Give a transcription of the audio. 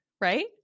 right